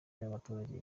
y’abaturage